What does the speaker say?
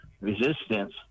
resistance